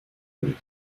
année